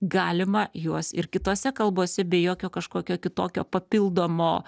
galima juos ir kitose kalbose be jokio kažkokio kitokio papildomo